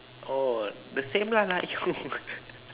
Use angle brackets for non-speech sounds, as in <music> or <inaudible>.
oh the same lah like you <laughs>